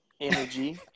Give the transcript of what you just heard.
energy